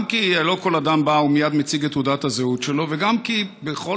גם כי לא כל אדם בא ומייד מציג את תעודת הזהות שלו וגם כי בכל